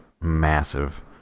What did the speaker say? massive